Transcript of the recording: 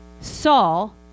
Saul